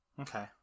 Okay